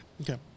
Okay